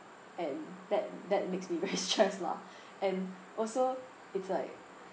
and that that makes me very stressed lah and also it's like